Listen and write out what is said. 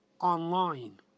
online